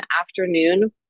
afternoon